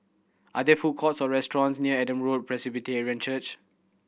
are there food courts or restaurants near Adam Road Presbyterian Church